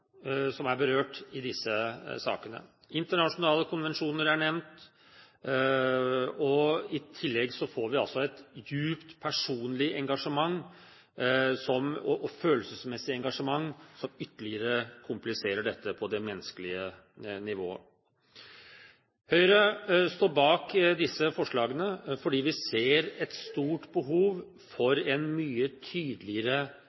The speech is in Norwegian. som er berørt i disse sakene. Internasjonale konvensjoner er nevnt, og i tillegg får vi altså et dypt personlig, følelsesmessig engasjement, som ytterligere kompliserer dette på det menneskelige plan. Høyre står bak disse forslagene, fordi vi ser et stort behov